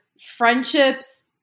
friendships